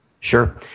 Sure